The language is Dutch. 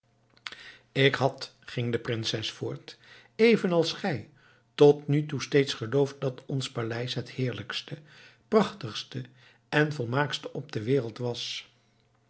ik had ging de prinses voort evenals gij tot nu toe steeds geloofd dat ons paleis het heerlijkste prachtigste en volmaaktste op de wereld was